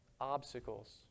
obstacles